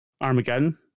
Armageddon